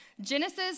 Genesis